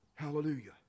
Hallelujah